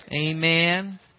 Amen